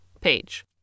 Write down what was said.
page